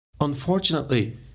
Unfortunately